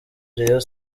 rayon